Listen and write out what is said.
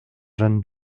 jañ